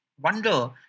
wonder